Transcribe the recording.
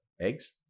eggs